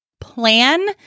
Plan